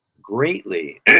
greatly